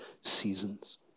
seasons